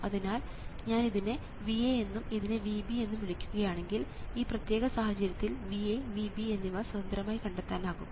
അതിനാൽ ഞാൻ ഇതിനെ VA എന്നും ഇതിനെ VB എന്നും വിളിക്കുകയാണെങ്കിൽ ഈ പ്രത്യേക സാഹചര്യത്തിൽ VA VB എന്നിവ സ്വതന്ത്രമായി കണ്ടെത്താനാകും